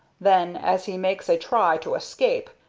then, as he makes a try to escape,